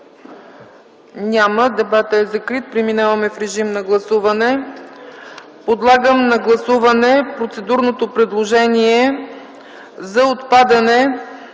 Няма. Дебатът е закрит. Преминаваме в режим на гласуване. Подлагам на гласуване процедурното предложение в §